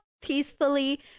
peacefully